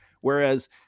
Whereas